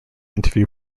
interview